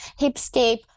hipscape